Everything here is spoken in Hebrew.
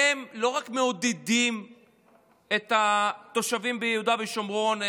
הם לא רק מעודדים את התושבים ביהודה ושומרון,